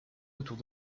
autour